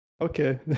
Okay